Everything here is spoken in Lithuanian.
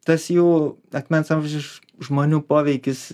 tas jų akmens amžiaus žmonių poveikis